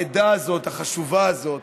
העדה החשובה הזאת,